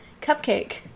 cupcake